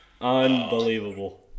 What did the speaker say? Unbelievable